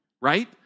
right